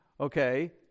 Okay